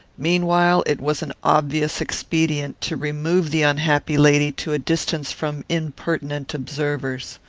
meanwhile, it was an obvious expedient to remove the unhappy lady to a distance from impertinent observers.